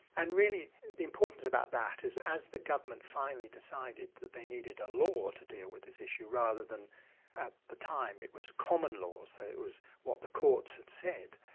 and really the importance about that is that the government finally decided that they needed a law to deal with this issue rather than at the time it was common law, so it was what the courts had said,